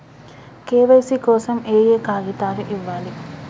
KYC కోసం ఏయే కాగితాలు ఇవ్వాలి?